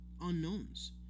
unknowns